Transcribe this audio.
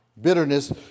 Bitterness